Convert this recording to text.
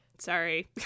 sorry